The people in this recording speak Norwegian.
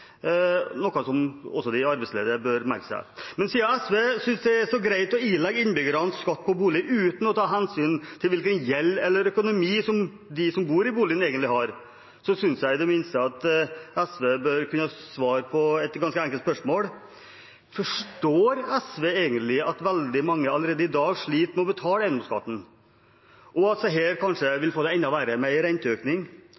noe som også de arbeidsledige bør merke seg. Men siden SV synes det er så greit å ilegge innbyggerne skatt på bolig uten å ta hensyn til hvilken gjeld eller økonomi de som bor i boligen, egentlig har, synes jeg at SV i det minste bør kunne svare på et ganske enkelt spørsmål: Forstår SV egentlig at veldig mange allerede i dag sliter med å betale eiendomsskatten, og at disse kanskje